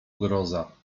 zgroza